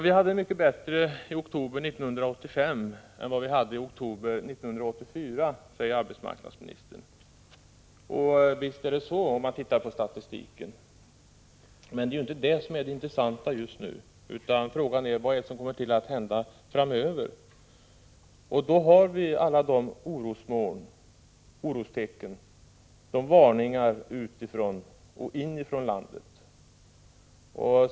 Vi hade det bättre i oktober 1985 än i oktober 1984, sade arbetsmarknadsministern. Visst är det så enligt statistiken. Men det är inte det som är det intressanta just nu, utan frågan är vad som kommer att hända framöver. Och då har vi många orostecken, många varningar utifrån och inom landet.